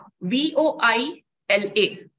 V-O-I-L-A